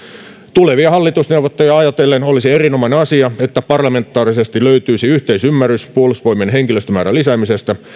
tulevia hallitusneuvotteluja ajatellen olisi erinomainen asia että parlamentaarisesti löytyisi yhteisymmärrys puolustusvoimien henkilöstömäärän lisäämisestä